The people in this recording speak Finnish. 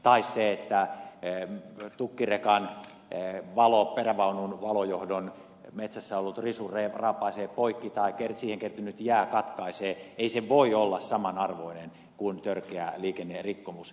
tai jos metsässä ollut risu raapaisee poikki tukkirekan perävaunun valojohdon tai johtoon kertynyt jää katkaisee sen ei se voi olla samanarvoinen kuin törkeä liikennerikkomus